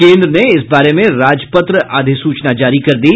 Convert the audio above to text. केन्द्र ने इस बारे में राजपत्र अधिसूचना जारी कर दी